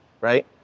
right